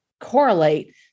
correlate